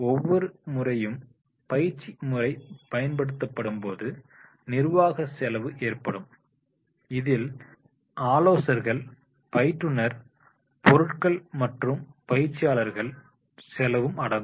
ஒவ்வொரு முறையும் பயிற்சி முறை பயன்படுத்தப்படும்போது நிர்வாக செலவு ஏற்படும் இதில் ஆலோசகர்கள் பயிற்றுநர் பொருட்கள் மற்றும் ப பயிற்சியாளர்கள செலவும் அடங்கும்